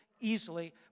easily